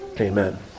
amen